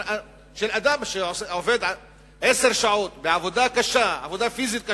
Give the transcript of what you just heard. של אדם שעובד עשר שעות בעבודה פיזית קשה,